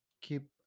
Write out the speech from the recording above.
keep